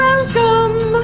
Welcome